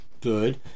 good